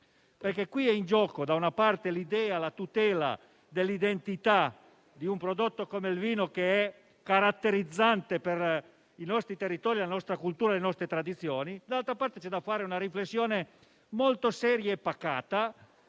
perché qui, da una parte, è in gioco l'idea e la tutela dell'identità di un prodotto come il vino che è caratterizzante per i nostri territori, la nostra cultura e le nostre tradizioni. Dall'altra parte, occorre fare una riflessione molto seria e pacata